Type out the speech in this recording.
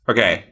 Okay